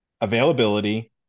availability